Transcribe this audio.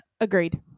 Agreed